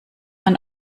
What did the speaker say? man